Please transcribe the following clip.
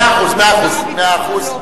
מאה אחוז, מאה אחוז.